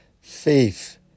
Faith